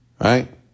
Right